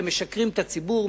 משקרים את הציבור,